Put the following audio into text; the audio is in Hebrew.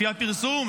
לפי הפרסום,